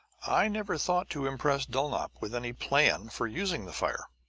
i never thought to impress dulnop with any plan for using the fire.